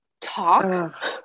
talk